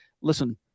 listen